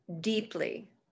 deeply